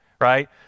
Right